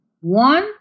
one